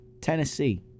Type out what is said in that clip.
Tennessee